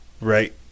right